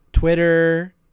Twitter